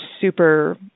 super